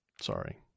sorry